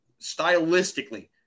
stylistically